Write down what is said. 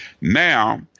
Now